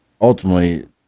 ultimately